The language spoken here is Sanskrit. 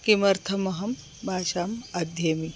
किमर्थमहं भाषाम् अध्येमि